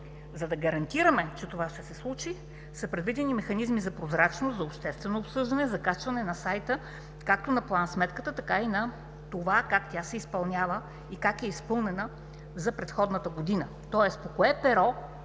За да гарантираме, че това ще се случи са предвидени механизми за прозрачност, за обществено обсъждане, за качване на сайта както на план-сметката, така и на това как тя се изпълнява и как е изпълнена за предходната година. Тоест, по всяко перо,